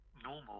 Normal